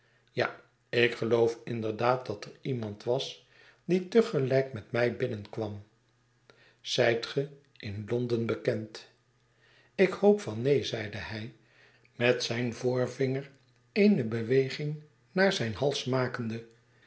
ja ik geloof inderdaad dat er iemand was die te gelijk met mij binnenkwam zijt ge in londen bekend ik hoop van neen zeide hij met zijn voorvinger eene beweging naar zijn hals makende